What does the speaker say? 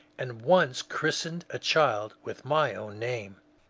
and once christened a child with my own name.